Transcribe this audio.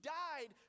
died